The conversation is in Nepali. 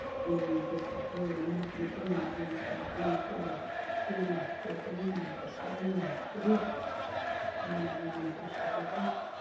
त्यसमा चाहिँ अब नाच्नु चाहिँ मलाई आउँछ र चाहिँ म चाहिँ अब त्यही नाच चाहिँ एकदमै मनपर्छ र नाच्छु के मलाई मनपर्छ त्यो चाहिँ